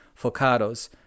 focados